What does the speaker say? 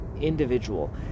individual